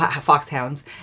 foxhounds